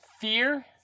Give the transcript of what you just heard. Fear